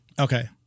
Okay